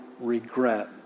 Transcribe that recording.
regret